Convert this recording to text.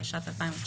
התשע"ט-2019"